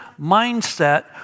mindset